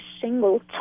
single